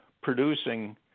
producing